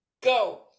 go